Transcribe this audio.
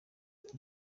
iki